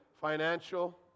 financial